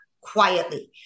quietly